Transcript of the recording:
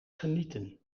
genieten